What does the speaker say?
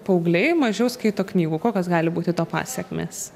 paaugliai mažiau skaito knygų kokios gali būti to pasekmės